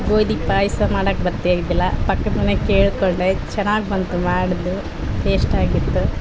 ಗೋಧಿ ಪಾಯಸ ಮಾಡೋಕ್ ಬರ್ತಾ ಇದ್ದಿಲ್ಲ ಪಕ್ಕದ ಮನೆಯಾಗೆ ಕೇಳಿಕೊಂಡೆ ಚೆನ್ನಾಗ್ ಬಂತು ಮಾಡ್ದು ಟೇಸ್ಟ್ ಆಗಿತ್ತು